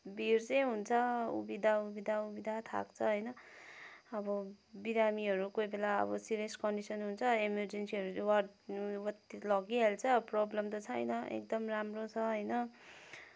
भिड चाहिँ हुन्छ उभिँदा उभिँदा उभिँदा थाक्छ होइन अब बिरामीहरू कोही बेला अब सिरियस कन्डिसन हुन्छ इमर्जेन्सीहरू वार्डतिर लगिहाल्छ प्रब्लम त छैन एकदम राम्रो छ होइन